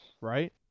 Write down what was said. right